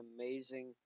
amazing